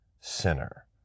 sinner